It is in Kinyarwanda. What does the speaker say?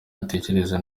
atekereze